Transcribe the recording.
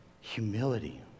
Humility